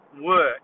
Work